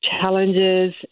challenges